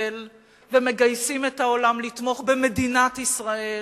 ומגייסים את העולם לתמוך במדינת ישראל,